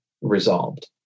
resolved